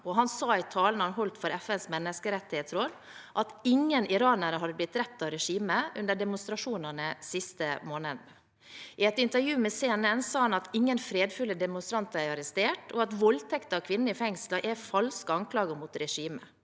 sa i talen han holdt for FNs menneskerettighetsråd, at ingen iranere hadde blitt drept av regimet under demonstrasjonene den siste måneden. I et intervju med CNN sa han at ingen fredfulle demonstranter var arrestert, og at påstander om voldtekt av kvinner i fengsler var falske anklager mot regimet.